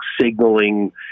signaling